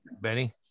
Benny